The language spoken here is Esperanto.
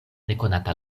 nekonata